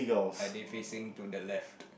are they facing to the left